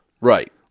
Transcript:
Right